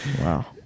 Wow